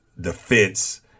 Defense